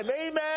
Amen